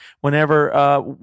whenever